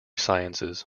sciences